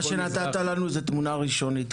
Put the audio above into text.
מה שנתת לנו זו תמונה ראשונית.